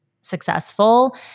successful